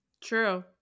true